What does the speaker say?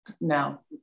No